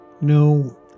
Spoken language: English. No